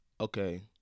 okay